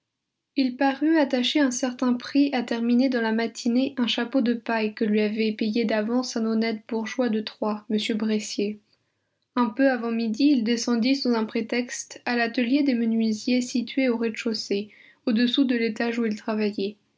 il parut attacher un certain prix à terminer dans la matinée un chapeau de paille que lui avait payé d'avance un honnête bourgeois de troyes m bressier un peu avant midi il descendit sous un prétexte à l'atelier des menuisiers situé au rez-de-chaussée au-dessous de l'étage où il travaillait